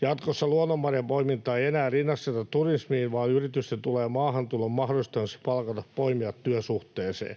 Jatkossa luonnonmarjanpoimintaa ei enää rinnasteta turismiin vaan yritysten tulee maahantulon mahdollistamiseksi palkata poimijat työsuhteeseen.